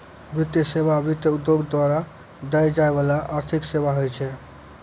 वित्तीय सेवा, वित्त उद्योग द्वारा दै जाय बाला आर्थिक सेबा होय छै